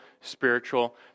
spiritual